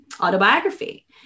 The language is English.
autobiography